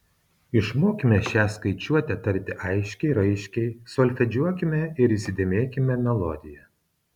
išmokime šią skaičiuotę tarti aiškiai raiškiai solfedžiuokime ir įsidėmėkime melodiją